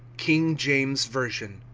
king james version,